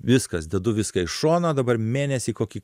viskas dedu viską į šoną dabar mėnesį kokį